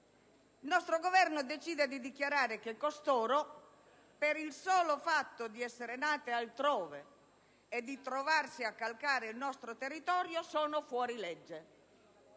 e provenienti da fuori Europa, che costoro, per il solo fatto di essere nati altrove e di trovarsi a calcare il nostro territorio, sono fuorilegge.